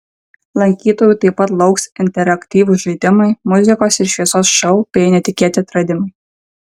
lankytojų taip pat lauks interaktyvūs žaidimai muzikos ir šviesos šou bei netikėti atradimai